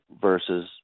versus